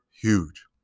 huge